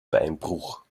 beinbruch